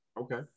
Okay